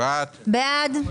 מי נגד?